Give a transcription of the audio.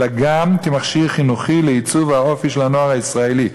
אלא גם כמכשיר חינוכי לעיצוב האופי של הנוער הישראלי.